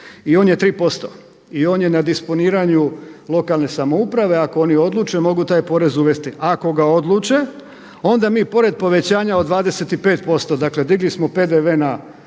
i on je 3% i on je na disponiranju lokalne samouprave. Ako oni odluče mogu taj porez uvesti. Ako ga odluče onda mi porez povećanja od 25% dakle, digli smo PDV-e